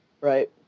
Right